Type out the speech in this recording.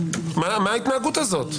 מה ההתנהגות הזאת?